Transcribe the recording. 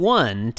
one